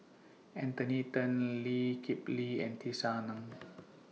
Anthony Then Lee Kip Lee and Tisa Ng